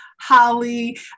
Holly